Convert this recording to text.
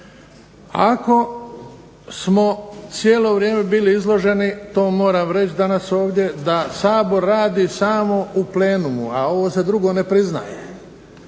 Ako smo cijelo vrijeme bili izloženi, to moram reći sada ovdje, da Sabor radi samo u plenumu, a ovo se drugo ne priznaje,